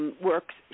Works